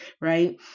right